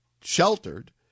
sheltered